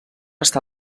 està